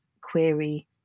query